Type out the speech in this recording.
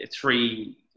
three